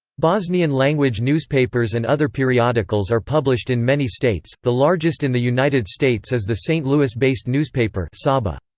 bosnian-language newspapers and other periodicals are published in many states the largest in the united states is the st. louis based newspaper sabah.